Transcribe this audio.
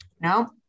No